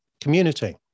community